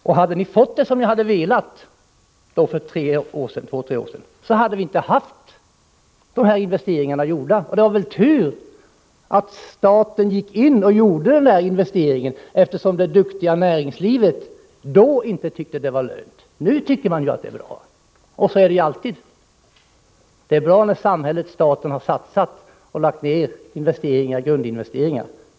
Om ni hade fått som ni ville för två tre år sedan hade dessa investeringar inte gjorts. Det var tur att staten gick in och gjorde den här investeringen, eftersom det duktiga näringslivet då inte trodde att det skulle löna sig. Nu tycker näringslivet att det är bra. Så är det alltid! Det är bra när samhället, staten, har satsat och gjort grundinvesteringar.